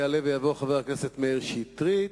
יעלה ויבוא חבר הכנסת מאיר שטרית,